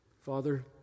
Father